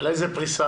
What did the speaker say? על איזו פריסה?